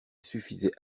suffisait